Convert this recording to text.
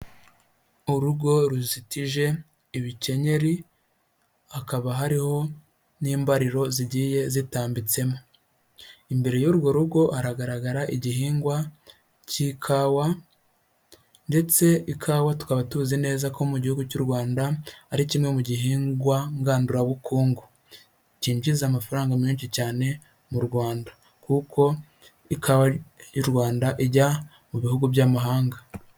Urugo ruzitije ibikenyeri hakaba hariho n'imbariro zigiye zitambitsemo, imbere y'urwo rugo haragaragara igihingwa cy'ikawa ndetse ikawa tukaba tuzi neza ko mu gihugu cy'u Rwanda ari kimwe mu gihingwa ngandurabukungu cyinjiza amafaranga menshi cyane mu Rwanda, kuko ikawa y'u Rwanda ijya mu bihugu by'amahanga.